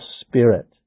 spirit